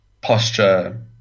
posture